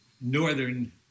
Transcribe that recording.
Northern